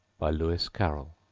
by lewis carroll